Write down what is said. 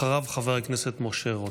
אחריו, חבר הכנסת משה רוט.